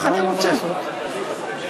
אי-אפשר לגמור את זה בהליך חקיקה, רק במסגרת הסכם.